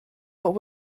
what